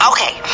Okay